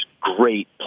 great